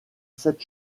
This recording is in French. sept